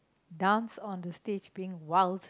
dance on the stage being wild